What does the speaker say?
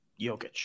Jokic